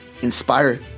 inspire